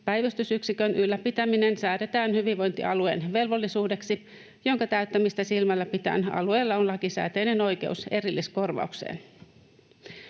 päivystysyksikön ylläpitäminen säädetään hyvinvointialueen velvollisuudeksi, jonka täyttämistä silmällä pitäen alueella on lakisääteinen oikeus erilliskorvaukseen.